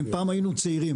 פעם היינו צעירים,